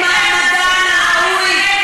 מה הקשר?